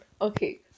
okay